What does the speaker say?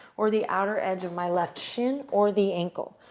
or the outer edge of my left shin, or the ankle.